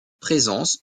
présence